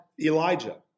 Elijah